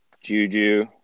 Juju